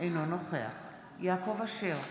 אינו נוכח יעקב אשר,